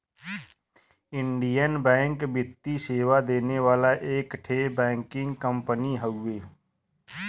Indian bank वित्तीय सेवा देवे वाला एक ठे बैंकिंग कंपनी हउवे